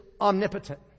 omnipotent